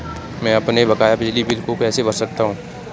मैं अपने बकाया बिजली बिल को कैसे भर सकता हूँ?